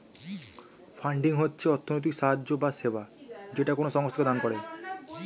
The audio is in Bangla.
ফান্ডিং হচ্ছে অর্থনৈতিক সাহায্য বা সেবা যেটা কোনো সংস্থাকে দান করে